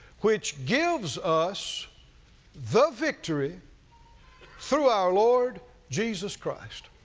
which gives us the victory through our lord jesus christ.